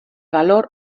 valor